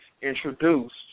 introduced